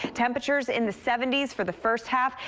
temperatures in the seventy s for the first half.